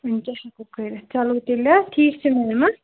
وۄنۍ کیاہ ہیٚکو کٔرتھ چلو تیٚلہِ ہاں ٹھیٖک چھو ہاں